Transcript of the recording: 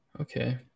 Okay